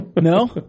No